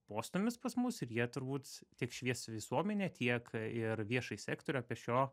postūmis pas mus ir jie turbūt tiek švies visuomenę tiek ir viešąjį sektorių apie šio